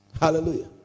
Hallelujah